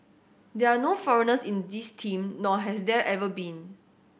there are no foreigners in this team nor has there ever been